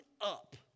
up